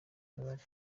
mibare